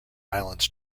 islands